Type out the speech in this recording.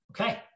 Okay